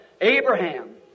Abraham